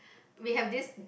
we have this